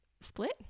split